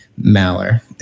Maller